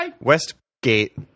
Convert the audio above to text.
Westgate